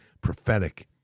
prophetic